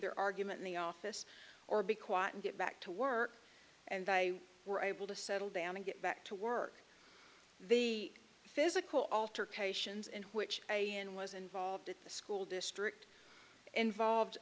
their argument in the office or be quiet and get back to work and they were able to settle down and get back to work the physical altercations in which a and was involved at the school district involved